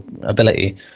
ability